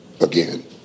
again